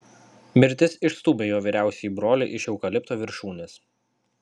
mirtis išstūmė jo vyriausiąjį brolį iš eukalipto viršūnės